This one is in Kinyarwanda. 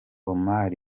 omar